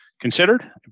considered